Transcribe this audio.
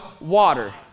water